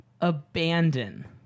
abandon